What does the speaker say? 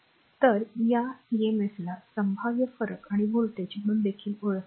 तर या एएमएफला संभाव्य फरक आणि व्होल्टेज म्हणून देखील ओळखले जाते